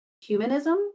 humanism